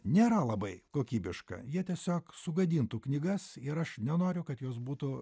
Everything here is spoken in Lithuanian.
nėra labai kokybiška jie tiesiog sugadintų knygas ir aš nenoriu kad jos būtų